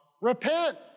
Repent